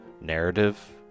narrative